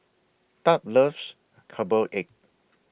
Thad loves Herbal Egg